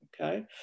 Okay